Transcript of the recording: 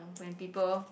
when people